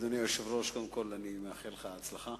אדוני היושב-ראש, קודם כול, אני מאחל לך הצלחה.